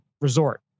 resort